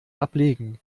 ablegen